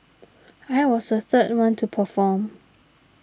I was the third one to perform